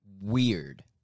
weird